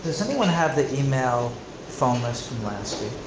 does anyone have the email phone list from last